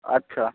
আচ্ছা